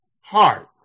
heart